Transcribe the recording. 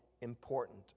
important